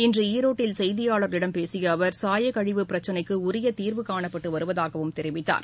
இன்று ஈரோட்டில் செய்தியாளர்களிடம் பேசிய அவர் சாயக்கழிவு பிரச்சினைக்கு உரிய தீர்வு னணப்பட்டு வருவதாகவும் தெரிவித்தார்